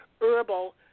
herbal